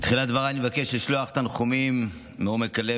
בתחילת דבריי אני מבקש לשלוח תנחומים מעומק הלב